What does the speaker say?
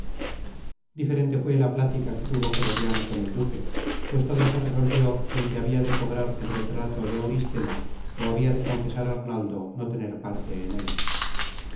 diferente fué la plática que tuvo croriano con el duque pues toda se resolvió en que habia de cobrar el retrato de auristela ó habia de confesar arnaldo no tener parte en él